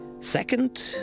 Second